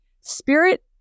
spirit